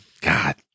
god